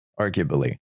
arguably